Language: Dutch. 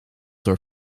door